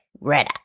red